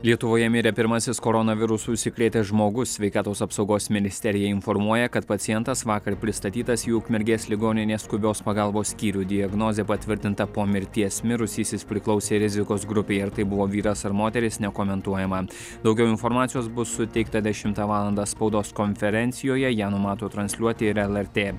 lietuvoje mirė pirmasis koronavirusu užsikrėtęs žmogus sveikatos apsaugos ministerija informuoja kad pacientas vakar pristatytas į ukmergės ligoninės skubios pagalbos skyrių diagnozė patvirtinta po mirties mirusysis priklausė rizikos grupei ar tai buvo vyras ar moteris nekomentuojama daugiau informacijos bus suteikta dešimtą valandą spaudos konferencijoje ją numato transliuoti ir lrt